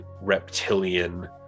reptilian